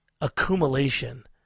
accumulation